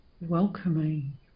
welcoming